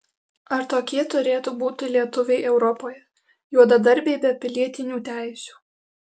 ar tokie turėtų būti lietuviai europoje juodadarbiai be pilietinių teisių